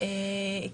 כי